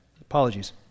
Apologies